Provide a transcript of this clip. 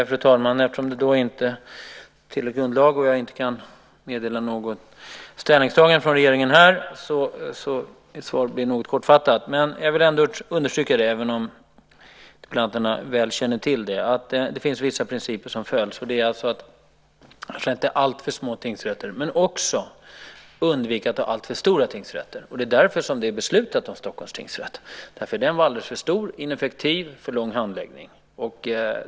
Fru talman! Eftersom det inte finns tillräckligt underlag och jag inte kan meddela något ställningstagande från regeringen här blir mitt svar något kortfattat. Även om interpellanterna väl känner till det vill jag understryka att det finns vissa principer som följs. Det är att man inte ska ha alltför små tingsrätter men också att man ska undvika att ha alltför stora tingsrätter. Det är därför som det har fattats beslut om Stockholms tingsrätt. Den var alldeles för stor, ineffektiv och hade för långa handläggningstider.